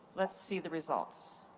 let's see the results.